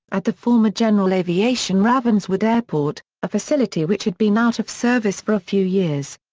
at the former general aviation ravenswood airport, a facility which had been out of service for a few years.